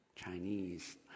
Chinese